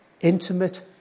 intimate